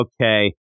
okay